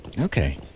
Okay